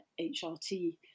HRT